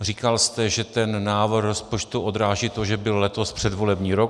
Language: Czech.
Říkal jste, že návrh rozpočtu odráží to, že byl letos předvolební rok.